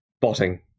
botting